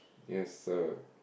yes sir